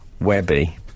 Webby